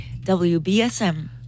WBSM